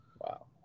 Wow